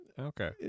okay